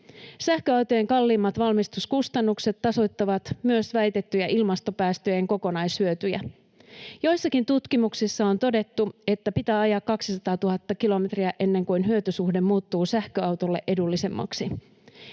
sähköautojen kalliimmat valmistuskustannukset tasoittavat väitettyjä ilmastopäästöjen kokonaishyötyjä. Joissakin tutkimuksissa on todettu, että pitää ajaa 200 000 kilometriä ennen kuin hyötysuhde muuttuu sähköautolle edullisemmaksi.